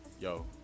yo